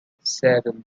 seven